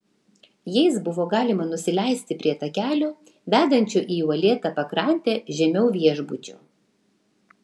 jais buvo galima nusileisti prie takelio vedančio į uolėtą pakrantę žemiau viešbučio